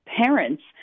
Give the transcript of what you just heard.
parents